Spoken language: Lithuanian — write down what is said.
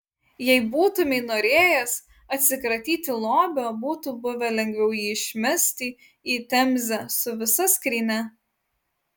jei būtumei norėjęs atsikratyti lobio būtų buvę lengviau jį išmesti į temzę su visa skrynia